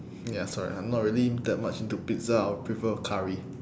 ya sorry I'm not really that much into pizza I would prefer curry